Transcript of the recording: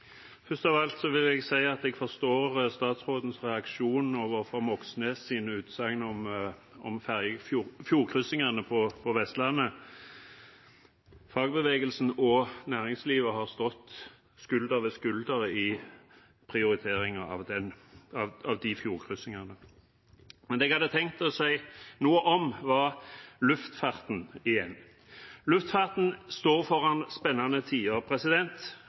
Først av alt vil jeg si at jeg forstår statsrådens reaksjon på Moxnes’ utsagn om fjordkryssingene på Vestlandet. Fagbevegelsen og næringslivet har stått skulder ved skulder i prioriteringen av disse fjordkryssingene. Det jeg hadde tenkt å si noe om, var luftfarten. Luftfarten står foran spennende tider.